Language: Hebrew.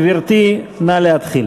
גברתי, נא להתחיל.